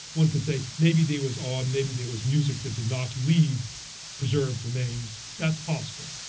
one can say, maybe there was art, maybe there was music that did not leave preserved remains. that's possible.